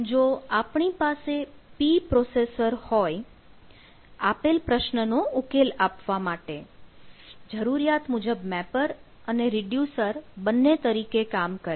જો આપણી પાસે P પ્રોસેસર હોય આપેલ પ્રશ્ન નો ઉકેલ આપવા માટે જરૂરિયાત મુજબ મેપર અને રિડ્યુસર બંને તરીકે કામ કરે